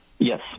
Yes